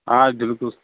آ بِلکُل